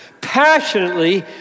passionately